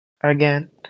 again